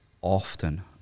often